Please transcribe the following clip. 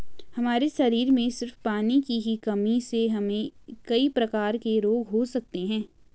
हमारे शरीर में सिर्फ पानी की ही कमी से हमे कई प्रकार के रोग हो सकते है